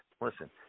Listen